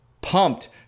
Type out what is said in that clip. pumped